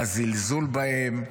הזלזול בהם,